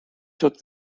took